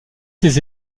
ses